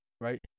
Right